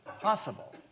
possible